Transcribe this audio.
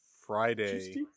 Friday